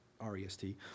R-E-S-T